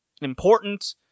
important